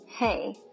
Hey